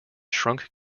shrunk